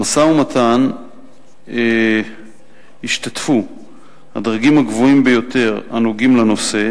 במשא-ומתן השתתפו הדרגים הגבוהים ביותר הנוגעים לנושא.